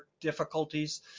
difficulties